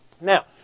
Now